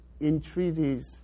entreaties